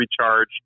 recharge